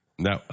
No